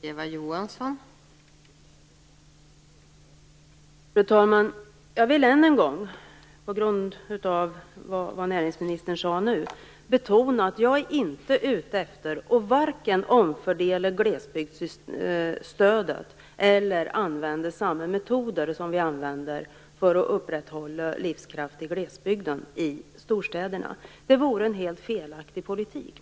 Fru talman! Jag vill än en gång med anledning av det som näringsministern nu har sagt betona att jag inte är ute efter vare sig en omfördelning av glesbygdsstödet eller ett införande i storstäderna av samma metoder som används för att upprätthålla livskraft i glesbygden. Jag menar att det vore en helt felaktig politik.